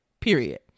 period